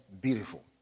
beautiful